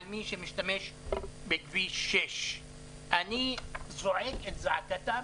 על מי שמשתמש בכביש 6. אני זועק את זעקתם